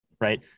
right